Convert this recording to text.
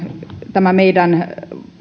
tämä meidän